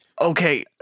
Okay